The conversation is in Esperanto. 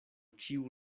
ĉiu